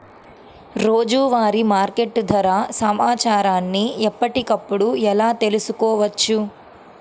రోజువారీ మార్కెట్ ధర సమాచారాన్ని ఎప్పటికప్పుడు ఎలా తెలుసుకోవచ్చు?